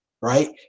right